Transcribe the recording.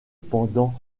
pendant